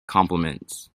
compliments